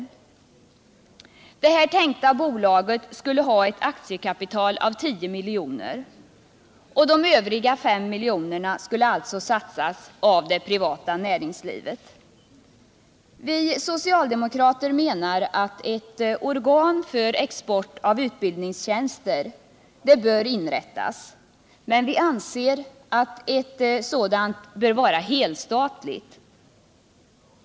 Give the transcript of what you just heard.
Det tänkta bolaget skulle ha ett aktiekapital av 10 milj.kr. De övriga 5 miljonerna skulle satsas av det privata näringslivet. Vi socialdemokrater menar att ett organ för export av utbildningstjänster bör inrättas, men vi anser att ett sådant bör vara helstatligt.